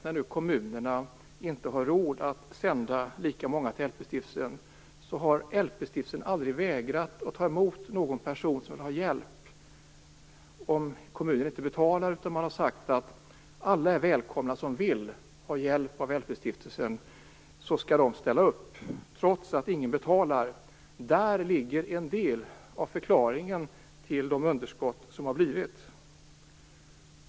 När nu kommunerna inte har råd att sända lika många till LP-stiftelsen har stiftelsen aldrig vägrat att ta emot någon person som vill ha hjälp, även om kommunen inte betalar utan man har sagt att alla är välkomna. Alla som vill ha hjälp av stiftelsen skall stiftelsen ställa upp för trots att ingen betalar. Däri ligger en del av förklaringen till de underskott som uppstått.